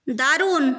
দারুণ